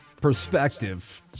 perspective